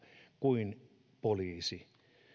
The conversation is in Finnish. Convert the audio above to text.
kuin väkivalta poliisia